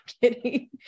kidding